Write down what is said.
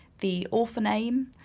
the author name.